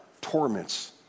torments